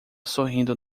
sorrindo